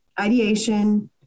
ideation